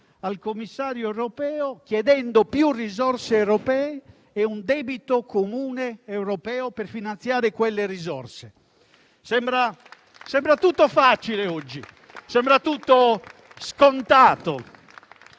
al commissario europeo chiedendo più risorse europee e un debito comune europeo per finanziare quelle risorse. Sembra tutto facile oggi, sembra tutto scontato,